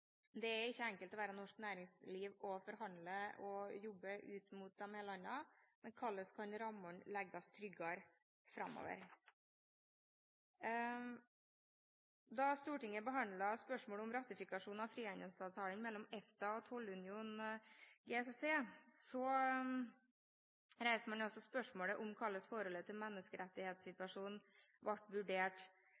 Det er ikke enkelt å være norsk næringsliv og forhandle og jobbe ut mot disse landene, men hvordan kan det legges tryggere rammer framover? Da Stortinget behandlet spørsmålet om ratifikasjon av frihandelsavtalen mellom EFTA og tollunionen Russland, Kasakhstan og Hviterussland, reiste man også spørsmålet om hvordan forholdet til